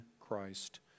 Christ